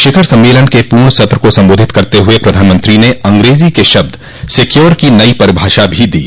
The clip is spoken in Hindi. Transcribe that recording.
शिखर सम्मेलन के पूण सत्र को संबोधित करते हुए प्रधानमंत्री ने अंग्रेजी के शब्द सिक्योर की नई परिभाषा भी दी